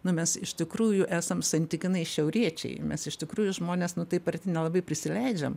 nu mes iš tikrųjų esam santykinai šiauriečiai mes iš tikrųjų žmones nu taip arti nelabai prisileidžiam